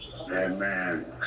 Amen